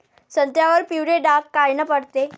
संत्र्यावर पिवळे डाग कायनं पडते?